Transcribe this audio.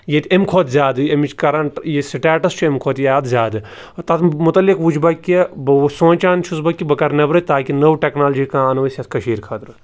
ییٚتہِ امہِ کھۄتہٕ زیادٕ امِچ کَرنٛٹ یہِ سٕٹیٹَس چھُ امہِ کھۄتہٕ یی اَتھ زیادٕ تَتھ متعلق وٕچھ بہٕ کہِ بہٕ سونٛچان چھُس بہٕ کہِ بہٕ کَرٕ نٮ۪برٕ تاکہِ نٔو ٹٮ۪کنالجی کانٛہہ اَنو أسۍ یَتھ کٔشیٖرِ خٲطرٕ